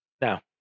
now